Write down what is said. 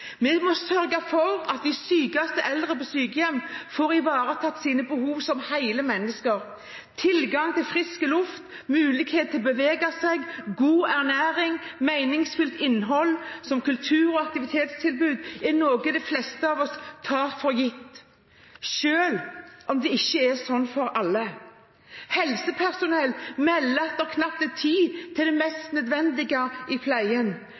Vi må sørge for at de sykeste eldre på sykehjem får ivaretatt sine behov som hele mennesker. Tilgang til frisk luft, mulighet til å bevege seg, god ernæring, meningsfullt innhold som kultur og aktivitetstilbud er noe som de fleste av oss tar for gitt. Sånn er det ikke for alle. Helsepersonell melder om at de knapt har tid til